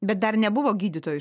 bet dar nebuvo gydytojų